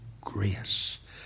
grace